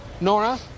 Nora